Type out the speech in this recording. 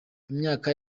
imyaka